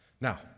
Now